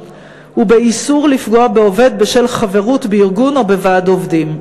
ובאיסור לפגוע בעובד בשל חברות בארגון או בוועד עובדים.